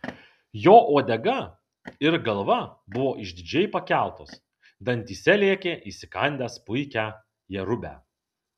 jo uodega ir galva buvo išdidžiai pakeltos dantyse laikė įsikandęs puikią jerubę